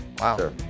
Wow